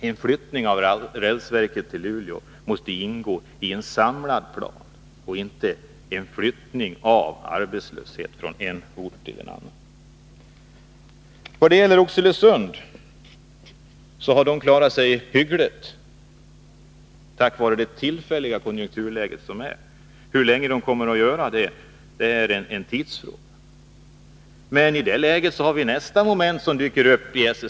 En flyttning av tillverkningen av räls till Luleå från Domnarvet utan samordning med satsning på kollektivtrafik och nya marknader skulle således bara innebära en flyttning av arbetslösheten.” Oxelösund har klarat sig hyggligt tack vare det nu rådande konjunkturläget. Hur länge man kommer att klara sig är en tidsfråga. Men i detta läge dyker nästa moment upp i fråga om SSAB.